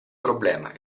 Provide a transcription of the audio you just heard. problema